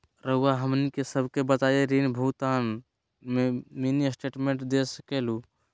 रहुआ हमनी सबके बताइं ऋण भुगतान में मिनी स्टेटमेंट दे सकेलू?